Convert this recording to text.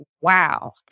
wow